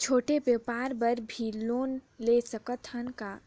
छोटे व्यापार बर भी लोन ले सकत हन का?